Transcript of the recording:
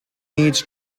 needs